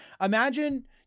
Imagine